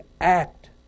act